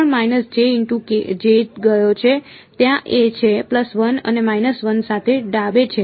એક k પણ ગયો છે ત્યાં a છે અને સાથે ડાબે છે